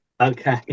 Okay